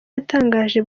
yatangaje